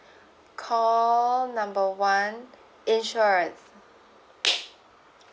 call number one insurance